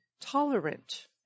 tolerant